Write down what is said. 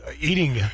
eating